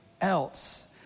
else